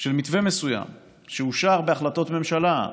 של מתווה מסוים שאושר בהחלטות ממשלה,